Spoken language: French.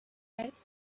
calque